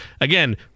again